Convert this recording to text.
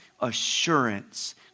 assurance